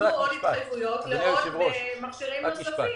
וניתנו עוד התחייבויות למכשירים נוספים.